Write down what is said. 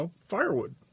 firewood